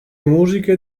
musiche